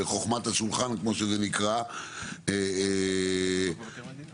בחוכמת השולחן כמו שזה נקרא -- ויש את דוח מבקר המדינה.